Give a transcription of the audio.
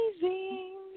amazing